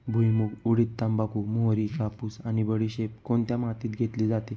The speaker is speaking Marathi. भुईमूग, उडीद, तंबाखू, मोहरी, कापूस आणि बडीशेप कोणत्या मातीत घेतली जाते?